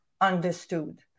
understood